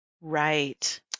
Right